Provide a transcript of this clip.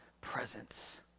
presence